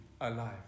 alive